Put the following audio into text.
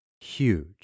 huge